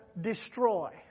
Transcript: destroy